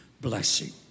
blessing